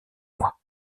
mois